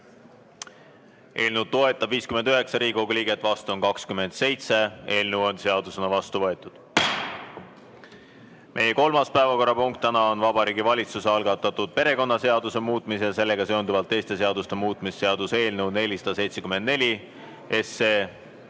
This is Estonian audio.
Eelnõu toetab 59 Riigikogu liiget, vastu on 27. Eelnõu on seadusena vastu võetud. Meie kolmas päevakorrapunkt täna on Vabariigi Valitsuse algatatud perekonnaseaduse muutmise ja sellega seonduvalt teiste seaduste muutmise seaduse eelnõu 474.